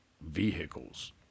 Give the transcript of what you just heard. vehicles